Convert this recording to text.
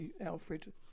Alfred